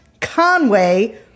Conway